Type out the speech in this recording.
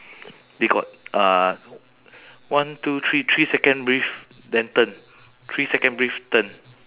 they got uh one two three three second breathe then turn three second breathe turn